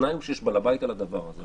התנאי הוא שיש בעל הבית על הדבר הזה,